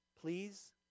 Please